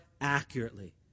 accurately